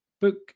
book